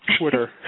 Twitter